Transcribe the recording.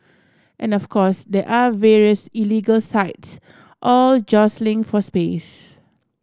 and of course there are various illegal sites all jostling for space